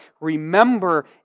Remember